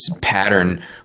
pattern